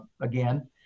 again